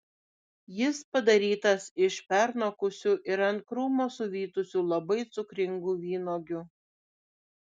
jis padarytas iš pernokusių ir ant krūmo suvytusių labai cukringų vynuogių